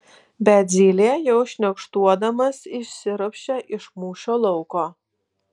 bet zylė jau šniokštuodamas išsiropščia iš mūšio lauko